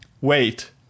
wait